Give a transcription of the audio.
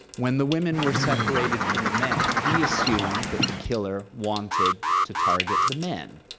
when the women were separated from the men, he assumed that the killer wanted to target the men.